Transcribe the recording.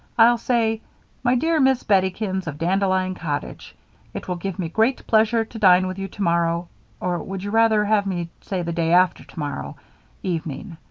i'll say my dear miss bettykins, of dandelion cottage it will give me great pleasure to dine with you tomorrow or would you rather have me say the day after tomorrow evening.